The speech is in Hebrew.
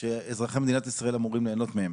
שאזרחי מדינת ישראל אמורים ליהנות מהם.